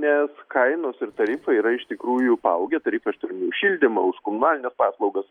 nes kainos ir tarifai yra iš tikrųjų paaugę tarifai aš turiu omeny už šildymą už komunalines paslaugas